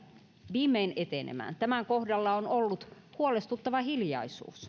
viimein etenemään tämän kohdalla on ollut huolestuttava hiljaisuus